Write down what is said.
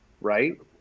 Right